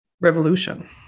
revolution